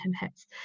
minutes